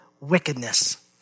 wickedness